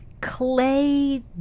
clay